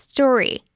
Story